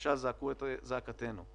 בבקשה זעקו את זעקתנו".